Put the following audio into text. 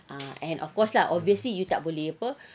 ah and of course lah obviously you tak boleh apa